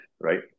right